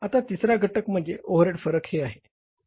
आता तिसरा फरक म्हणजे ओव्हरहेड फरक हे आहे